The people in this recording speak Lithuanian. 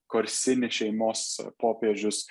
korsini šeimos popiežius